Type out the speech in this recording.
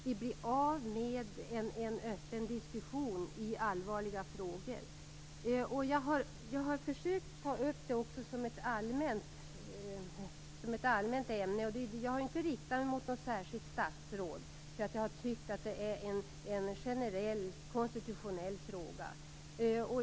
Vi blir av med en öppen diskussion i allvarliga frågor. Jag har försökt att ta upp det här som ett allmänt ämne och inte riktat mig mot något särskilt statsråd. Jag har tyckt att det är en generell, konstitutionell fråga.